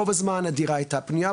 רוב הדירה הייתה פנויה,